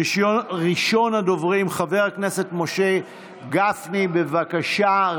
ראשון הדוברים, חבר הכנסת משה גפני, בבקשה.